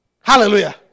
Hallelujah